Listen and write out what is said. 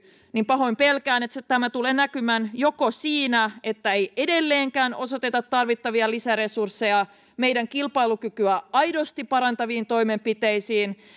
pahoin pelkään että tämä tulee näkymään joko siinä että ei edelleenkään osoiteta tarvittavia lisäresursseja meidän kilpailukykyämme aidosti parantaviin toimenpiteisiin